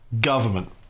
government